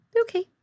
Okay